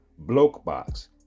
Blokebox